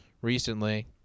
recently